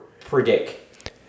Predict